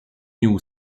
new